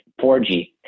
4g